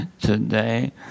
Today